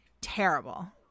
terrible